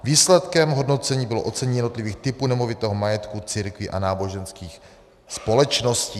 Výsledkem hodnocení bylo ocenění jednotlivých typů nemovitého majetku církví a náboženských společností.